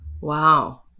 Wow